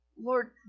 Lord